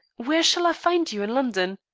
where shall i find you in london?